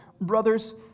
brothers